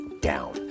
down